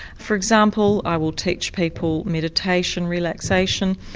for example i will teach people meditation, relaxation,